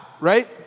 Right